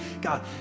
God